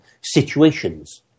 situations